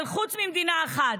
חוץ ממדינה אחת,